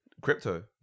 Crypto